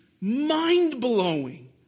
mind-blowing